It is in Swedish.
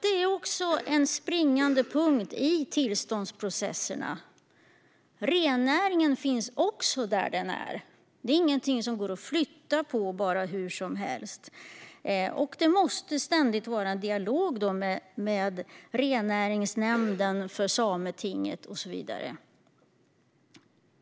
Det är en springande punkt i tillståndsprocesserna. Rennäringen finns också där den är. Det är ingenting som går att flytta på hur som helst. Och det måste finnas en ständig dialog med Sametingets rennäringsnämnd och så vidare.